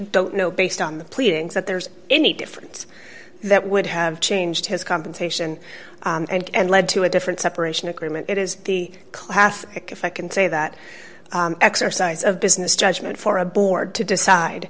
don't know based on the pleadings that there's any difference that would have changed his compensation and led to a different separation agreement it is the classic if i can say that exercise of business judgment for a board to decide